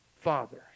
Father